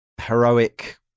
heroic